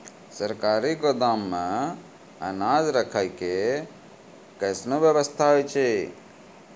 सरकारी गोदाम मे अनाज राखै के कैसनौ वयवस्था होय छै?